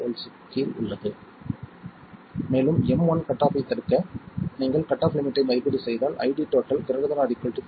17 volts கீழ் உள்ளது மேலும் M1 கட் ஆஃப் ஐ தடுக்க நீங்கள் கட் ஆஃப் லிமிட்டை மதிப்பீடு செய்தால் ID ≥ 0